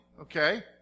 okay